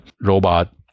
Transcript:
robot